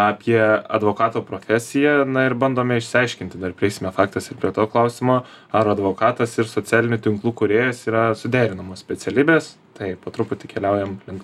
apie advokato profesiją na ir bandome išsiaiškinti dar prieisime faktas ir prie to klausimo ar advokatas ir socialinių tinklų kūrėjas yra suderinamos specialybės taip po truputį keliaujam link